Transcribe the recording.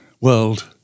world